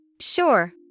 Sure